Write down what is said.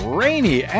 rainy